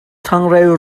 changreu